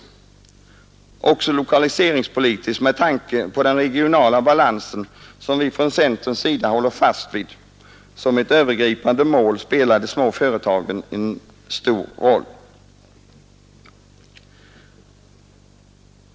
Också lokaliseringspolitiskt, alltså med tanke på den regionala balansen, som vi från centern håller fast vid som ett övergripande mål, spelar de små företagen en stor roll.